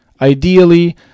Ideally